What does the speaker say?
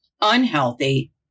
unhealthy